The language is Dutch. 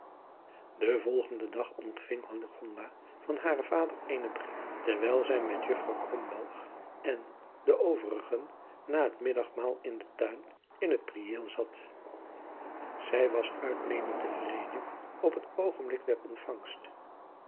den volgenden dag ontving hillegonda van haren vader eenen brief terwijl zij met juffrouw krombalg en de overigen na het middagmaal in den tuin in het prieel zat zij was uitnemend te vreden op het oogenblik der ontvangst